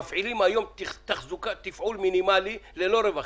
מפעילות היום תחזוקה ותפעול מינימלי ללא רווחים.